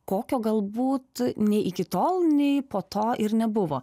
kokio galbūt nei iki tol nei po to ir nebuvo